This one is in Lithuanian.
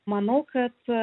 manau kad